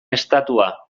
estatua